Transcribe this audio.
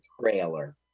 trailer